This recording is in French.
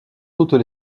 toutes